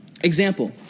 Example